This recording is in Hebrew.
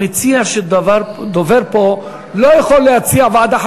המציע שדובר פה לא יכול להציע ועדה.